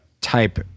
type